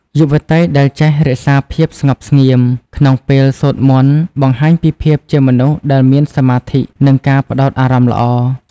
យុវតីដែលចេះ "រក្សាភាពស្ងប់ស្ងៀម" ក្នុងពេលសូត្រមន្ត បង្ហាញពីភាពជាមនុស្សដែលមានសមាធិ និងការផ្ដោតអារម្មណ៍ល្អ។